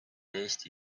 eesti